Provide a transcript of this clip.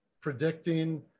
predicting